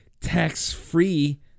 tax-free